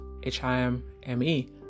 HIMME